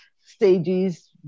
stages